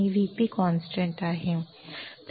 तर आपण स्थिर मूल्य ठेवूया